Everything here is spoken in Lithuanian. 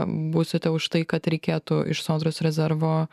būsite už tai kad reikėtų iš sodros rezervo